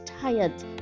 tired